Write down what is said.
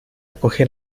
coger